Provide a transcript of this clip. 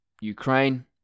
Ukraine